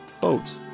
Boats